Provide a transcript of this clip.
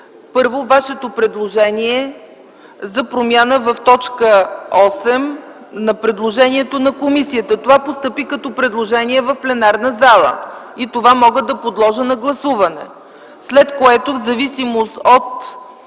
първо Вашето предложение за промяна в т. 8 на предложението на комисията. Това постъпи като предложение в пленарната зала и това мога да подложа на гласуване, след което, в зависимост от